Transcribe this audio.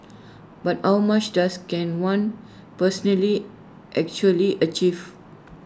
but how much does can one personally actually achieve